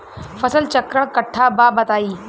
फसल चक्रण कट्ठा बा बताई?